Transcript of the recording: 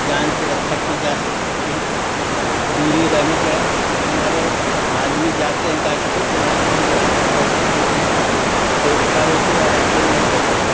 जान की रक्षा की जा सकती थी दूरी रहने का मारे आदमी जाते हैं गाजीपुर तो रास्ते मराजगंज पहुँचते पहुँचते ही तबियत खराब हो जाती है रास्ते में ही मर जाते हैं